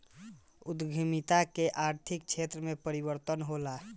उद्यमिता से आर्थिक क्षेत्र में परिवर्तन होला